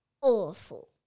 awful